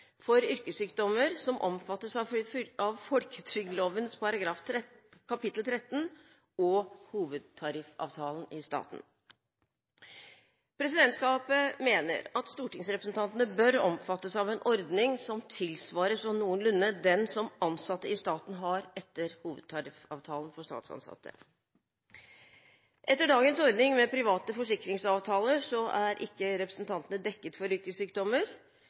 for yrkessykdommer, som omfattes av folketrygdloven kapittel 13 og hovedtariffavtalen i staten. Presidentskapet mener at stortingsrepresentantene bør omfattes av en ordning som tilsvarer sånn noenlunde den som ansatte i staten har etter hovedtariffavtalen for statsansatte. Etter dagens ordning med private forsikringsavtaler er ikke representantene dekket for yrkessykdommer.